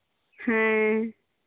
ᱦᱮᱸ